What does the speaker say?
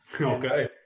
okay